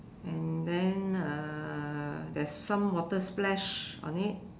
and then uh there's some water splash on it